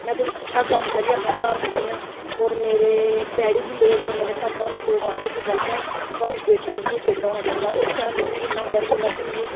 में कोई अच्छा कम्म करियै अपने घर जन्नियां होर मेरे डैडी गी लोक मेरे पापा होरें गी लोक आखदे कि बाकेआ थोहाड़ी बेटी नहीं बेटा होना चाहिदा उस टैम बिच्च मिगी इन्ना गर्व होंदा कि मिगी